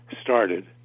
started